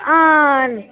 हां